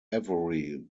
every